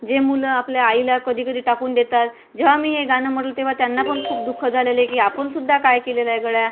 जे मुलं आपल्या आईला कधी कधी टाकून देतात जेव्हा मी हे गाणं म्हटलं तेव्हा त्यांना पण खूप दुःख झालेलं आहे की आपणसुद्धा काय केलेलं आहे गड्या